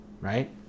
right